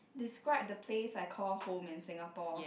describe the place I call home in Singapore